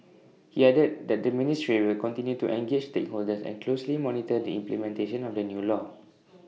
he added that the ministry will continue to engage stakeholders and closely monitor the implementation of the new law